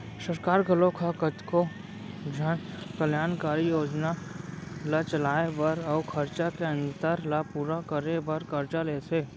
सरकार घलोक ह कतको जन कल्यानकारी योजना ल चलाए बर अउ खरचा के अंतर ल पूरा करे बर करजा लेथे